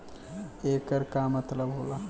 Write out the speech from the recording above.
येकर का मतलब होला?